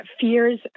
fears